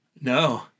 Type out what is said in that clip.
no